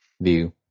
view